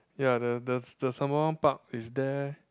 ya the the the Sembawang park is there